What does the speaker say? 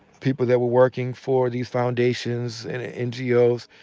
people that were working for these foundations and ngos,